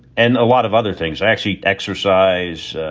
and a lot of other things actually exercise.